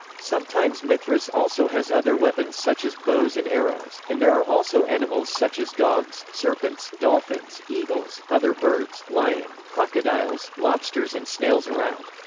sometimes mithras also has other weapons such as bows and arrows, and there are also animals such as dogs, serpents, dolphins, eagles, other birds, birds, lion, crocodiles, lobsters and snails around.